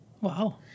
Wow